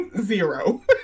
Zero